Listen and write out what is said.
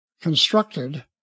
constructed